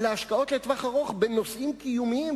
אלא השקעות לטווח ארוך בנושאים קיומיים,